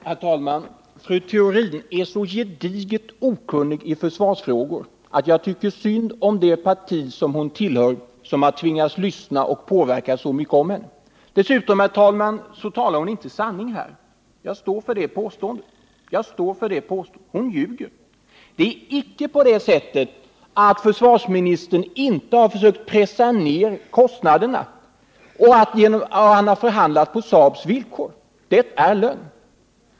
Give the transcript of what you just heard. Herr talman! Fru Theorin är så gediget okunnig i försvarsfrågor att jag tycker synd om det parti som hon tillhör och som tvingats lyssna till och påverkas så mycket av henne. Dessutom, herr talman, talar fru Theorin inte sanning här. Jag står för det påståendet. Hon ljuger. Det är icke på det sättet att försvarsministern icke har försökt pressa ned kostnaderna och att han bara har förhandlat på Saabs villkor.